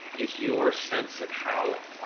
is your sense of how,